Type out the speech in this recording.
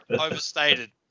overstated